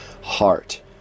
heart